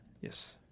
Yes